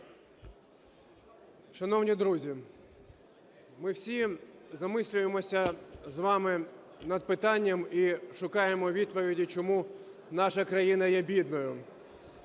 Шановні друзі, ми всі замислюємося з вами над питанням і шукаємо відповіді: чому наша країна є бідною?